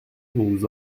nous